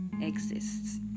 exists